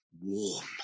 warm